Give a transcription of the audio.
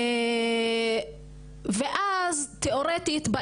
ואז תיאורטית,